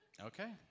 Okay